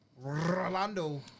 Rolando